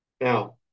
now